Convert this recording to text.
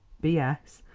b s.